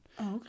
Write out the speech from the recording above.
okay